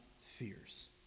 fears